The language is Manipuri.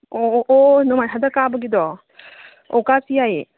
ꯑꯣ ꯍꯟꯗꯛ ꯀꯥꯕꯒꯤꯗꯣ ꯑꯣ ꯀꯥꯁꯤ ꯌꯥꯏꯌꯦ